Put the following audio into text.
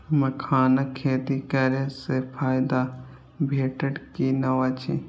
मखानक खेती करे स फायदा भेटत की नै अछि?